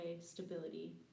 stability